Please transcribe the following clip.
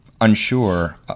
unsure